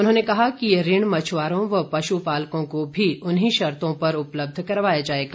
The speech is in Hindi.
उन्होंने कहा कि यह ऋण मछुआरों व पशुपालकों को भी उन्हीं शर्तों पर उपलब्ध करवाया जाएगा